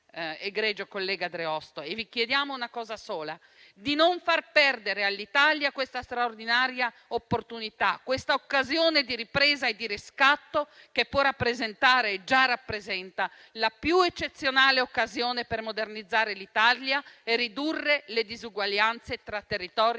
egregio collega Dreosto. Vi chiediamo una cosa sola, non fare perdere all'Italia questa straordinaria opportunità, questa occasione di ripresa e di riscatto, che può rappresentare e già rappresenta la più eccezionale occasione per modernizzare l'Italia e ridurre le disuguaglianze tra territori e